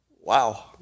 Wow